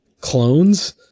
clones